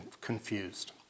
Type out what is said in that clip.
confused